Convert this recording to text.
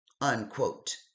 unquote